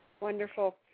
wonderful